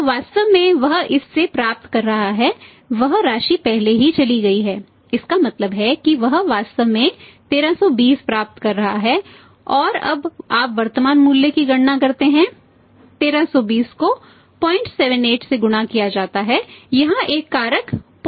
तो वास्तव में वह इस से प्राप्त कर रहा है वह राशि पहले ही चली गई है इसका मतलब है कि वह वास्तव में 1320 प्राप्त कर रहा है और अब आप वर्तमान मूल्य की गणना करते हैं 1320 को 078 से गुणा किया जाता है यहां एक कारक 07885 है